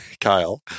Kyle